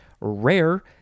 Rare